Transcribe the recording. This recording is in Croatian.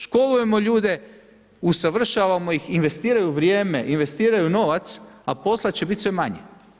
Školujemo ljude, usavršavamo ih, investiraju vrijeme, investiraju novac, a posla će bit sve manje.